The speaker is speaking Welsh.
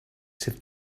sydd